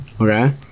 Okay